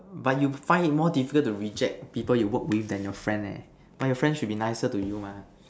but you find it more difficult to reject people you work with then your friend leh but your friend should be nicer to you mah